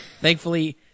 Thankfully